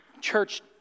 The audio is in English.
Church